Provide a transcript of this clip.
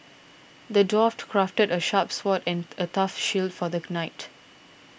the dwarf crafted a sharp sword and a tough shield for the knight